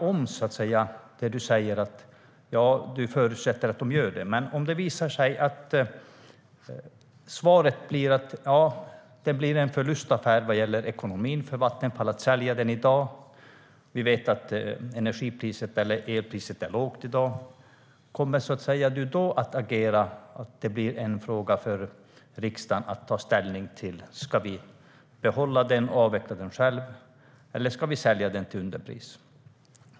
Om det visar sig att det blir en ekonomisk förlustaffär för Vattenfall att sälja i dag - vi vet att elpriset är lågt i dag - kommer du då att agera så att det blir riksdagen som ska ta ställning om vi ska behålla brunkolsverksamheten och avveckla den själv eller sälja den till underpris?